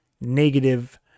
negative